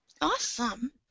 Awesome